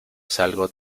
salgo